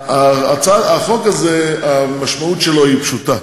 הצעת החוק הזאת, המשמעות שלה פשוטה.